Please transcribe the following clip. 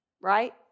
Right